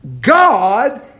God